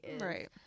Right